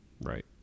Right